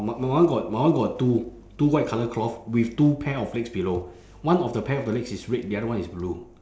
my one got my one got two two white colour cloth with two pair of legs below one of the pair of the legs is red the other one is blue